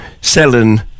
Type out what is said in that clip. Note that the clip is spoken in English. selling